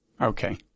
Okay